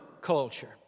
culture